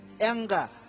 anger